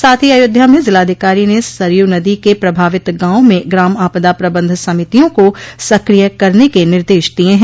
साथ ही अयोध्या में जिलाधिकारी ने सरयू नदी के प्रभावित गांवों में ग्राम आपदा प्रबन्ध समितियों को सकिय करने के निर्देश दिये है